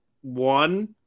one